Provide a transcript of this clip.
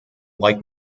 like